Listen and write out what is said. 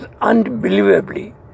unbelievably